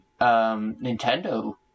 Nintendo